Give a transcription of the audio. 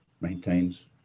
maintains